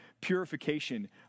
purification